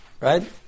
right